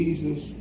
Jesus